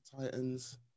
Titans